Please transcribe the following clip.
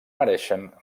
mereixen